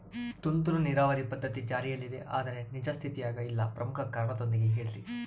ತುಂತುರು ನೇರಾವರಿ ಪದ್ಧತಿ ಜಾರಿಯಲ್ಲಿದೆ ಆದರೆ ನಿಜ ಸ್ಥಿತಿಯಾಗ ಇಲ್ಲ ಪ್ರಮುಖ ಕಾರಣದೊಂದಿಗೆ ಹೇಳ್ರಿ?